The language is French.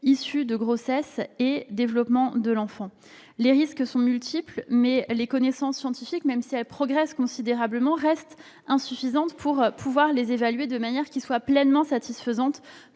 de grossesse et de développement de l'enfant. Les risques sont multiples, mais les connaissances scientifiques, bien qu'elles progressent considérablement, restent insuffisantes pour pouvoir les évaluer d'une manière pleinement satisfaisante